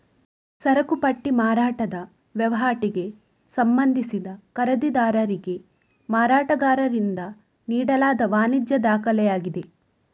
ಸರಕು ಪಟ್ಟಿ ಮಾರಾಟದ ವಹಿವಾಟಿಗೆ ಸಂಬಂಧಿಸಿದ ಖರೀದಿದಾರರಿಗೆ ಮಾರಾಟಗಾರರಿಂದ ನೀಡಲಾದ ವಾಣಿಜ್ಯ ದಾಖಲೆಯಾಗಿದೆ